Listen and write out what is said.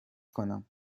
کنم